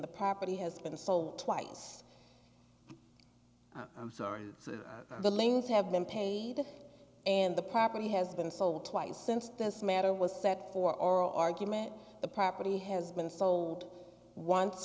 the property has been the sole twice i'm sorry the links have been paid and the property has been sold twice since this matter was set for oral argument the property has been sold once